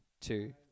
two